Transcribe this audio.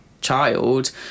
child